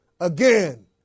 again